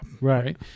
Right